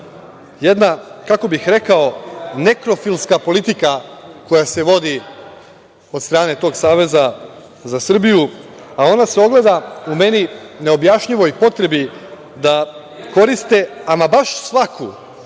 jedna, kako bih rekao, nekrofilska politika koja se vodi od strane tog Saveza za Srbiju, a ona se ogleda, u meni, neobjašnjivoj potrebi da koriste baš svaku